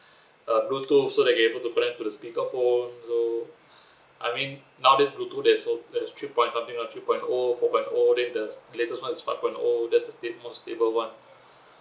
uh bluetooth so that can able to connect to the speaker phone so I mean nowadays bluetooth there's so there's three points something lah three point O four point O then the latest one is five point O that's the stable most stable [one]